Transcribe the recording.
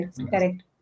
correct